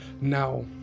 now